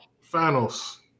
finals